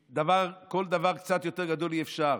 כל דבר קצת יותר גדול אי-אפשר.